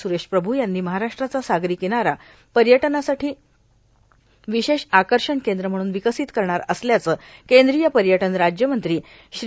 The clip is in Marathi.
स्रेश प्रभू यांनी महाराष्ट्राचा सागरी किनारा पर्यटनासाठी विशेष आकर्षण केंद्र म्हणून विकसित करणार असल्याचे केंद्रीय पर्यटन राज्यमंत्री श्री